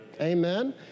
Amen